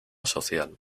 social